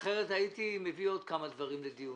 אחרת הייתי מביא עוד כמה דברים לדיון.